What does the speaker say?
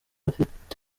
afite